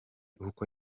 uko